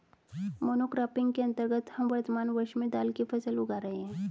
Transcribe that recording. monocropping के अंतर्गत हम वर्तमान वर्ष में दाल की फसल उगा रहे हैं